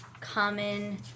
common